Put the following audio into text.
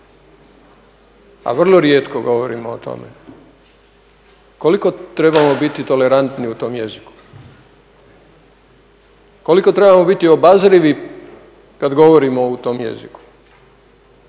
a vrlo rijetko govorimo o tome. Koliko trebamo biti tolerantni u tome jeziku, koliko trebamo biti obazrivi kada govorimo u tome jeziku